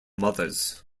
mothers